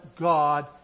God